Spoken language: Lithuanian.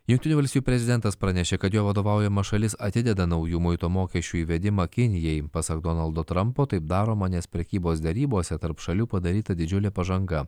jungtinių valstijų prezidentas pranešė kad jo vadovaujama šalis atideda naujų muito mokesčių įvedimą kinijai pasak donaldo trampo taip daroma nes prekybos derybose tarp šalių padaryta didžiulė pažanga